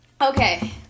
Okay